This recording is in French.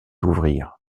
ouvrir